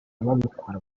babikora